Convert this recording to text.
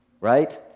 Right